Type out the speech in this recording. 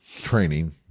training